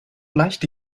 leichte